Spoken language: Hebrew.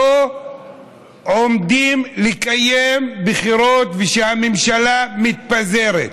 ואו-טו-טו עומדים לקיים בחירות והממשלה מתפזרת.